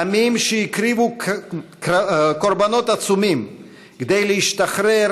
עמים שהקריבו קורבנות עצומים כדי להשתחרר